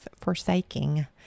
forsaking